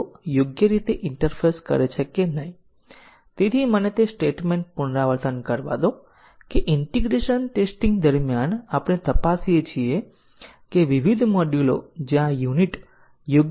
2 પરની વ્યાખ્યા સ્ટેટમેન્ટ 8 પર જીવંત નથી કારણ કે તેને સ્ટેટમેન્ટ 6 માં ફરીથી વ્યાખ્યાયિત કરવામાં આવી છે પરંતુ 6 પર a ની વ્યાખ્યા સ્ટેટમેન્ટ 8 પર જીવંત છે